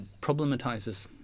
problematizes